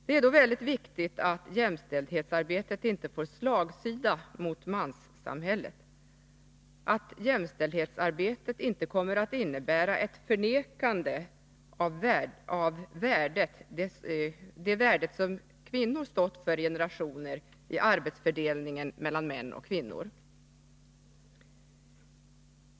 Det är då väldigt viktigt att jämställdhetsarbetet inte får slagsida mot manssamhället, att jämställdhetsarbetet inte kommer att innebära ett förnekande av det värde som kvinnor stått för i generationer när det gäller arbetsfördelningen mellan män och kvinnor.